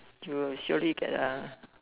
you will surely get a